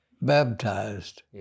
Baptized